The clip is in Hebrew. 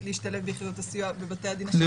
להשתלב ביחידות הסיוע בבתי הדין השרעיים.